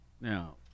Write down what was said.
Now